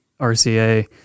RCA